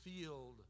field